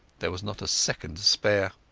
there was not a second to spare.